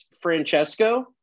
Francesco